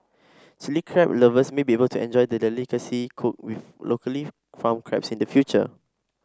Chilli Crab lovers may be able to enjoy the delicacy cooked with locally farmed crabs in the future